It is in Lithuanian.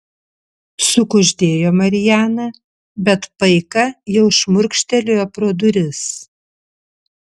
sukuždėjo mariana bet paika jau šmurkštelėjo pro duris